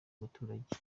abaturage